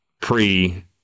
pre